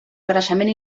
creixement